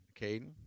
Caden